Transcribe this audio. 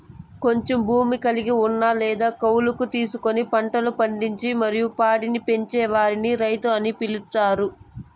కొంచెం భూమి కలిగి ఉన్న లేదా కౌలుకు తీసుకొని పంటలు పండించి మరియు పాడిని పెంచే వారిని రైతు అని పిలుత్తారు